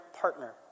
partner